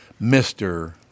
Mr